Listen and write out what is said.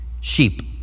Sheep